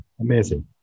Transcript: Amazing